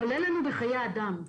עולה לנו בחיי אדם.